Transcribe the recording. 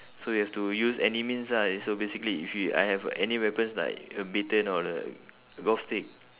so you have to use any means ah so basically if you I have any weapons like a baton or a golf stick